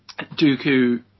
Dooku